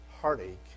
heartache